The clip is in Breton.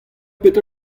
petra